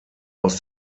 aus